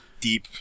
deep